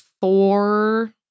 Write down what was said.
four